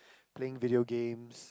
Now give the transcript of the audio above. playing video games